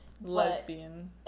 Lesbian